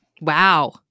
Wow